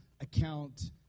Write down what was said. account